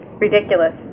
ridiculous